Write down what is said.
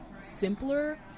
simpler